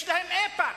יש להם איפא"ק,